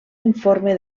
informe